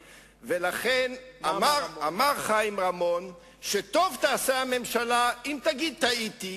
אמר חיים רמון: טוב תעשה הממשלה אם תגיד "טעיתי",